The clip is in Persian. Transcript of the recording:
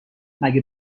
مگه